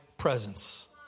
presence